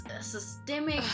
systemic